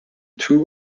two